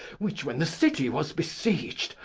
which, when the city was besieg'd,